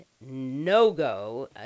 no-go